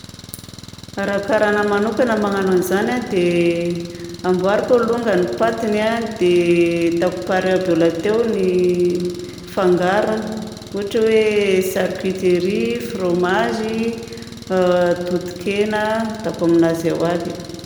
Raha karaha anahy manokagna magnano an'izany dia amboariko alongany ny patiny a. Dia ataoko pare aby lahateo ny fangarony ohatra hoe charcuterie, fromazy, toton-kena ataoko aminazy ao aby.